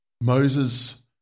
Moses